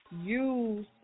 use